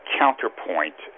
counterpoint